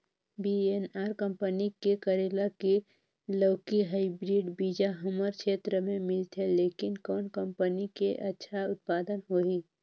VNR company के करेला की लौकी हाईब्रिड बीजा हमर क्षेत्र मे मिलथे, लेकिन कौन कंपनी के अच्छा उत्पादन होही?